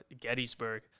Gettysburg